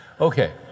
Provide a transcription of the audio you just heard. Okay